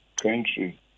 Country